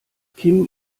kim